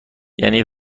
یعنی